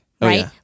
right